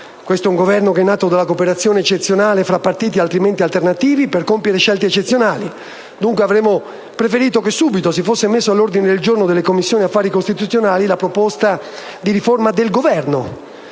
Questo Governo è nato dalla cooperazione eccezionale; tra partiti altrimenti alternativi per compiere scelte eccezionali; dunque, avremmo preferito che subito si fosse messo all'ordine del giorno delle Commissioni affari costituzionali la proposta di riforma del Governo,